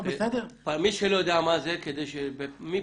שני שליש מהמוסדות,